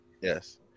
Yes